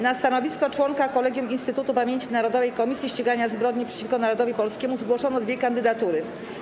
Na stanowisko członka Kolegium Instytutu Pamięci Narodowej - Komisji Ścigania Zbrodni przeciwko Narodowi Polskiemu zgłoszono dwie kandydatury.